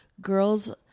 girls